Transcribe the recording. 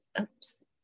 oops